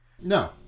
No